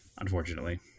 Unfortunately